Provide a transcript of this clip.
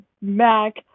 Mac